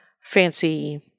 fancy